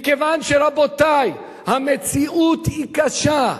מכיוון שהמציאות, רבותי, היא קשה.